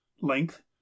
Length